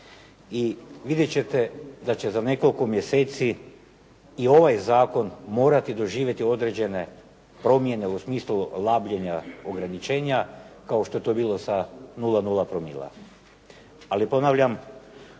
i vidjeti ćete da će za nekoliko mjeseci i ovaj zakon morati doživjeti određene promjene u smislu labljenja ograničenja kao što je to bilo sa 0,0 promila. Ali ponavljam,